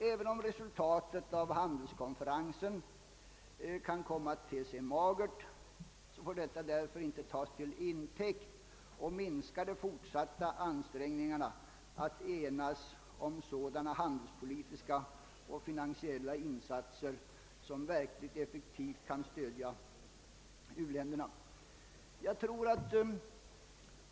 Även om resultatet av handelskonferensen kan komma att te sig magert får detta dock inte tas till intäkt för att minska de fortsatta ansträngningarna att enas om sådana handelspolitiska och finansiella insatser som verkligt effektivt kan stödja u-länderna.